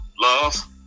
love